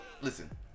listen